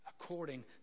according